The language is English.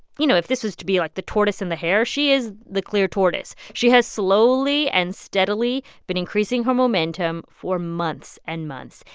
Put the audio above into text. you know, if this is to be like the tortoise and the hare, she is the clear tortoise. she has slowly and steadily been increasing her momentum for months and months.